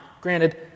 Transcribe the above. granted